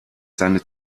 seine